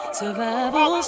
survival